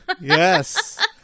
Yes